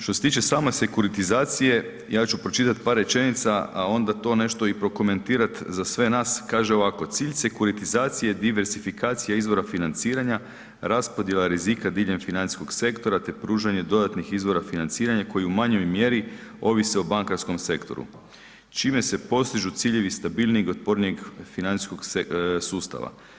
Što se tiče same sekuritizacije, ja ću pročitati par rečenica a onda to nešto i prokomentirati za sve nas, kaže ovako, cilj sekuritizacije i diversifikacije izvora financiranja, raspodjela rizika diljem financijskog sektora te pružanje dodatnih izvora financiranja koji u manjoj mjeri ovise o bankarskom sektoru čime se postižu ciljevi stabilnijeg i otpornijeg financijskog sustava.